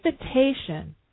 invitation